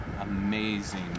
amazing